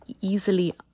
easily